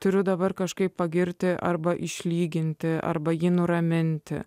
turiu dabar kažkaip pagirti arba išlyginti arba jį nuraminti